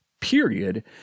period